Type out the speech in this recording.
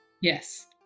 yes